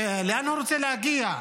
לאן הוא רוצה להגיע.